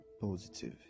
positive